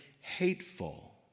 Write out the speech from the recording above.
hateful